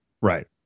right